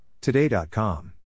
Today.com